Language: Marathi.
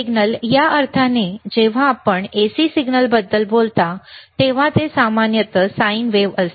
सिग्नल या अर्थाने जेव्हा आपण AC सिग्नलबद्दल बोलता तेव्हा ते सामान्यतः साइन वेव्ह असते